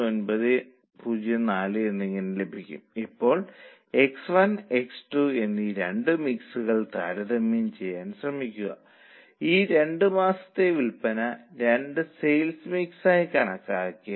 125 ലഭിക്കും പുതിയ വില്പന വില 32 ആണെന്ന് നിങ്ങൾക്കറിയാം